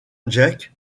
jake